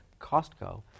Costco